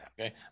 okay